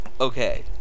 Okay